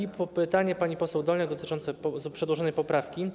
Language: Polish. I pytanie pani poseł Dolniak dotyczące przedłożonej poprawki.